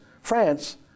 France